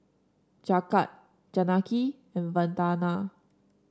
Jagat Janaki and Vandana